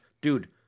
dude